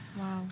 וואו,